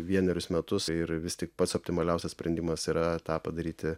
vienerius metus ir vis tik pats optimaliausias sprendimas yra tą padaryti